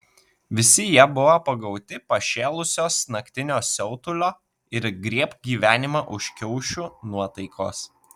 visi jie buvo pagauti pašėlusios naktinio siautulio ir griebk gyvenimą už kiaušių nuotaikos